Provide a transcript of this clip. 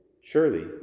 Surely